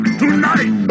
tonight